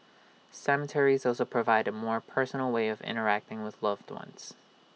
cemeteries also provide A more personal way of interacting with loved ones